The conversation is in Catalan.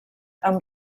amb